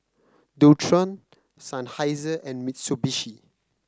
Dualtron Seinheiser and Mitsubishi